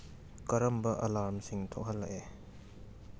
ꯀꯔꯝꯕ ꯑꯂꯥꯝꯁꯤꯡ ꯊꯣꯛꯍꯜꯂꯛꯏ